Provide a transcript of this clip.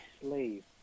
Slave